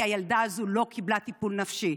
כי הילדה הזו לא קיבלה טיפול נפשי.